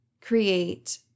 create